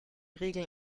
regeln